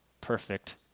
perfect